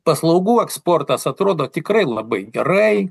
paslaugų eksportas atrodo tikrai labai gerai